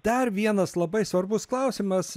dar vienas labai svarbus klausimas